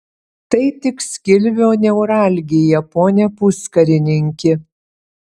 tai tik skilvio neuralgija pone puskarininki